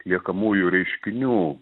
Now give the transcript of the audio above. liekamųjų reiškinių